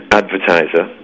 advertiser